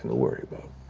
worry about.